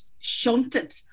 shunted